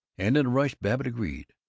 and, in a rush, babbitt agreed.